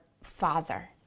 father